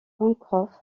pencroff